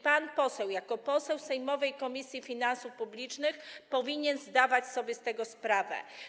Pan poseł jako członek sejmowej Komisji Finansów Publicznych powinien zdawać sobie z tego sprawę.